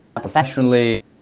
professionally